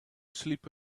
sleep